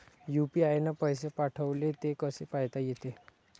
UPI न पैसे पाठवले, ते कसे पायता येते?